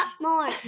more